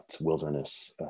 wilderness